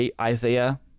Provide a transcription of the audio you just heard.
Isaiah